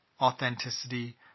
authenticity